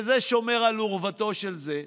וזה שומר על אורוותו של זה,